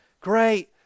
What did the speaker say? great